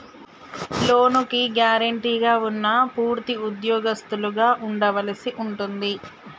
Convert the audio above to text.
లోనుకి గ్యారెంటీగా ఉన్నా పూర్తి ఉద్యోగస్తులుగా ఉండవలసి ఉంటుంది